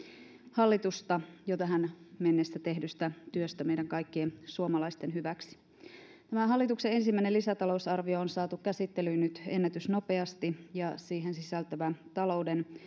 hallitusta jo tähän mennessä tehdystä työstä meidän kaikkien suomalaisten hyväksi tämä hallituksen ensimmäinen lisätalousarvio on saatu käsittelyyn nyt ennätysnopeasti ja siihen sisältyvä talouden